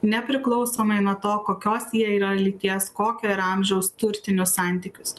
nepriklausomai nuo to kokios jie yra lyties kokio yra amžiaus turtinius santykius